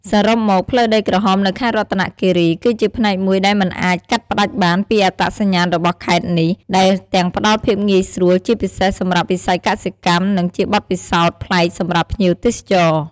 សរុបមក ផ្លូវដីក្រហមនៅខេត្តរតនគិរីគឺជាផ្នែកមួយដែលមិនអាចកាត់ផ្តាច់បានពីអត្តសញ្ញាណរបស់ខេត្តនេះ ដែលទាំងផ្តល់ភាពងាយស្រួល ជាពិសេសសម្រាប់វិស័យកសិកម្ម និងជាបទពិសោធន៍ប្លែកសម្រាប់ភ្ញៀវទេសចរ។